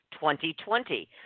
2020